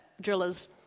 drillers